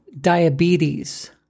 diabetes